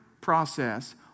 process